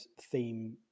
theme